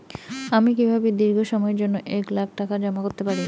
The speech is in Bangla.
আমি কিভাবে দীর্ঘ সময়ের জন্য এক লাখ টাকা জমা করতে পারি?